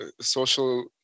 social